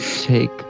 take